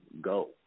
go